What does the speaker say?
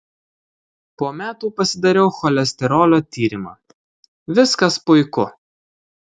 po metų pasidariau cholesterolio tyrimą viskas puiku